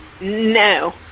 No